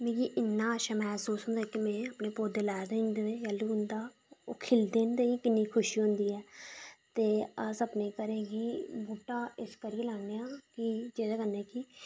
मिगी इन्ना अच्छा मसूस होंदा कि में अपने पौधे लाए दे ते जंदू खिढदे न ते किन्नी खुशी होंदी ऐ ते अस अपने घरे गी बूहटा इस करियै लान्ने आं कि जेहदे कन्नै कि